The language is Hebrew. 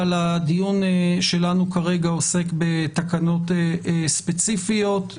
אבל הדיון שלנו כרגע עוסק בתקנות ספציפיות.